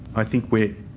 i think we're